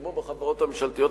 כמו בחברות הממשלתיות,